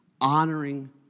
honoring